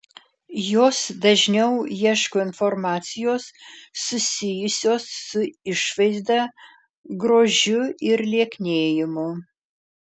jos dažniau ieško informacijos susijusios su išvaizda grožiu ir lieknėjimu